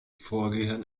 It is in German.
vorgehen